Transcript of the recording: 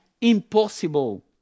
impossible